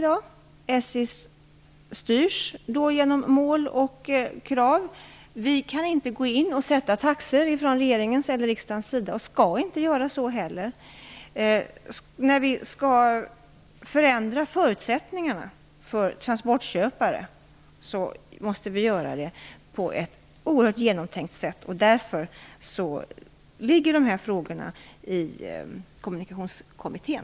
Det styrs genom mål och krav. Regeringen eller riksdagen kan inte gå in och sätta taxor och skall inte heller så göra. När vi skall förändra förutsättningarna för transportköpare måste vi göra det på ett oerhört genomtänkt sätt. Därför ligger dessa frågor hos Kommunikationskommittén.